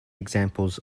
examples